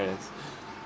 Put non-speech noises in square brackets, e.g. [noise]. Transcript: yes [breath]